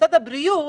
במשרד הבריאות